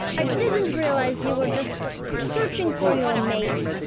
i didn't realize you were just searching for your mate.